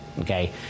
Okay